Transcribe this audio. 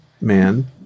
man